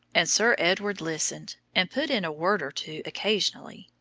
and sir edward listened, and put in a word or two occasionally,